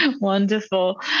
Wonderful